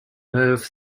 move